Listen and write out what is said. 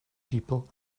people